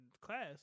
class